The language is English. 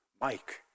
Mike